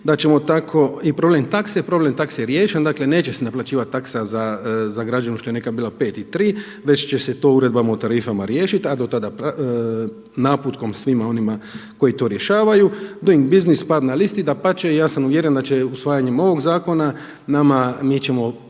da ćemo tako, i problem takse. Problem takse je riješen. Dakle, neće se naplaćivati taksa za građevinu što je nekad bila 5 i 3 već će se to uredbama o tarifama riješiti, a do tada naputkom svima onima koji to rješavaju. Doing Business pad na listi. Dapače, ja sam uvjeren da će usvajanjem ovog zakona nama, mi ćemo